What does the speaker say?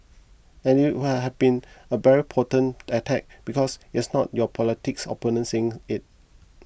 and it would have been a very potent attack because yes not your political opponent saying it